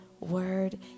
word